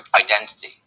identity